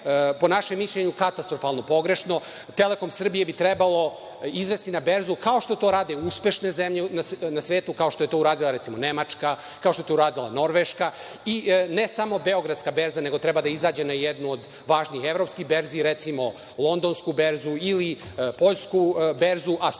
po našem mišljenju katastrofalno pogrešno. „Telekom Srbija“ bi trebalo izvesti na berzu, kao što to rade uspešne zemlje na svetu, kao što je to uradila recimo Nemačka, Norveška i ne samo Beogradska berza nego treba da izađe na jednu od važnih evropskih berzi, recimo Londonsku berzu ili Poljsku berzu, a